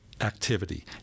activity